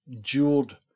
jeweled